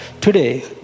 Today